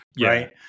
right